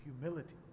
humility